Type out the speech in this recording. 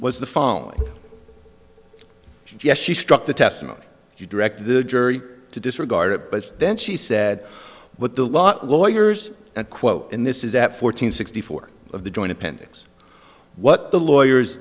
was the following yes she struck the testimony you directed the jury to disregard it but then she said what the lot lawyers and quote and this is at fourteen sixty four of the joint appendix what the lawyers